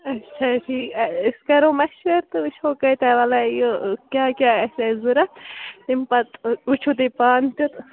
اَچھا ٹھیٖک أسۍ کَرو مشورٕ تہٕ وِچھُو کٲتیٛاہ ولا یہِ کیٛاہ کیٛاہ آسہِ اَسہِ ضروٗرت تَمہِ پتہٕ وُچھُو تُہۍ پانہٕ تہِ